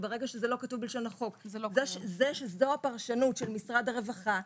וברגע שזה לא כתוב בלשון החוק העובדה שזו הפרשנות של משרד הרווחה,